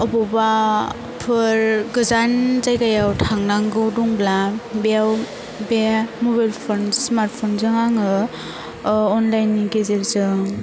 अबावबाफोर गोजान जायगायाव थांनांगौ दंब्ला बेयाव बे मबेलफान्स स्मार्ट फनजों आङो ओह अनलाइननि गेजेरजों